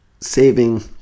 saving